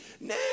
Now